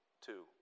two